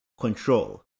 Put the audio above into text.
control